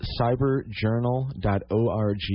cyberjournal.org